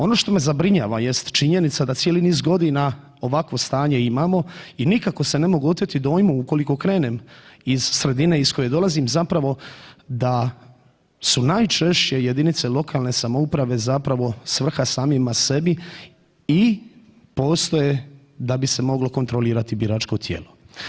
Ono što me zabrinjava jest činjenica da cijeli niz godina ovakvo stanje imamo i nikako se ne mogu oteti dojmu ukoliko krenem iz sredine iz koje dolazim zapravo da su najčešće JLS zapravo svrha samima sebi i postoje da bi se moglo kontrolirati biračko tijelo.